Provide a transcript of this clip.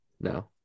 No